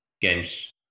games